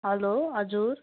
hello हजुर